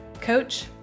coach